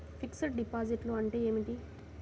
Fixed డిపాజిట్లు అంటే ఏమిటి?